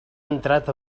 entrat